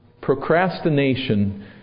procrastination